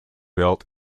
built